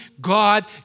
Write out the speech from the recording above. God